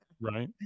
Right